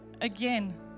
again